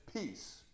peace